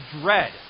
dread